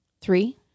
Three